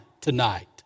tonight